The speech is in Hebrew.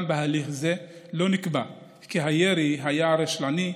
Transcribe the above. גם בהליך זה לא נקבע כי הירי היה רשלני,